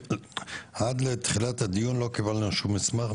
עד לתחילת הדיון לא קיבלנו שום מסמך.